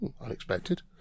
Unexpected